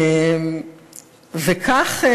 וכך,